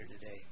today